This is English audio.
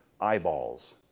eyeballs